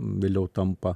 vėliau tampa